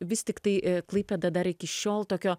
vis tiktai į klaipėdą dar iki šiol tokio